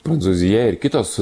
prancūzija ir kitos